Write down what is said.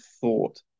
thought